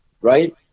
right